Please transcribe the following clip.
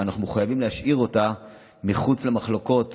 ואנחנו חייבים להשאיר אותה מחוץ למחלוקות